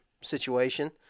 situation